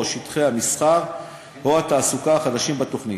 או שטחי המסחר או התעסוקה החדשים בתוכנית.